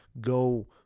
go